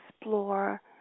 explore